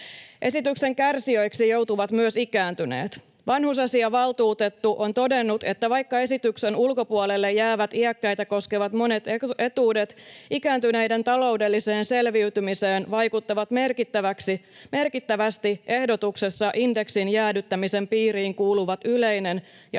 Esityksen kärsijöiksi joutuvat myös ikääntyneet. Vanhusasiavaltuutettu on todennut, että vaikka esityksen ulkopuolelle jäävät iäkkäitä koskevat monet etuudet, ikääntyneiden taloudelliseen selviytymiseen vaikuttavat merkittävästi ehdotuksessa indeksin jäädyttämisen piiriin kuuluvat yleinen ja